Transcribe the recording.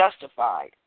justified